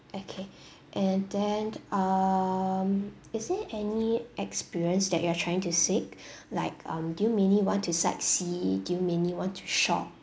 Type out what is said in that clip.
okay and then um is there any experience that you are trying to seek like um do you mainly want to sightseeing do you mainly want to shop